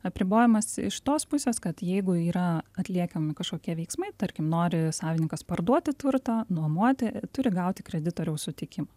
apribojimas iš tos pusės kad jeigu yra atliekami kažkokie veiksmai tarkim nori savininkas parduoti turtą nuomoti turi gauti kreditoriaus sutikimą